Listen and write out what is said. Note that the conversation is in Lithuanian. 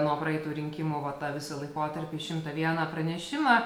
nuo praeitų rinkimų va tą visą laikotarpį šimtą vieną pranešimą